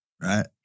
right